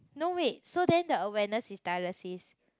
no wait so then the awareness is dialysis